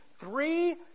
three